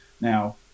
Now